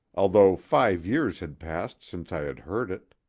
although five years had passed since i had heard it.